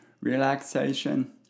relaxation